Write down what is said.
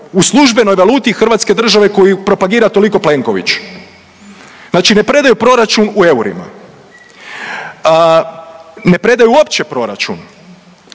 u službenoj valuti hrvatske države koju propagira toliko Plenković, znači ne predaju proračun u eurima, ne predaju uopće proračun.